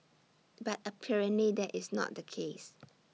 but apparently that is not the case